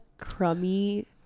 crummy